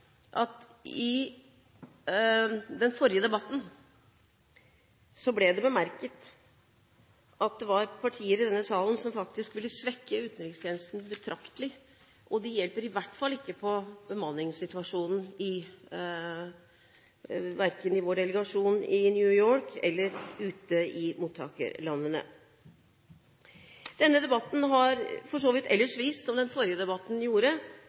det i den forrige debatten ble bemerket at det var partier i denne sal som faktisk ville svekke utenrikstjenesten betraktelig, og det hjelper i hvert fall ikke på bemanningssituasjonen verken i vår delegasjon i New York eller ute i mottakerlandene. Denne debatten har for så vidt ellers vist, som den forrige debatten gjorde,